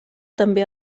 també